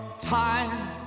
Time